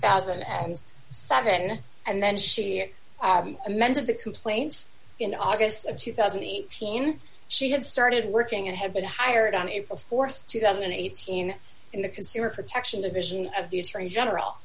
thousand and seven and then sheer amended the complaints in august of two thousand and eighteen she had started working and had been hired on april th two thousand and eighteen in the consumer protection division of the attorney general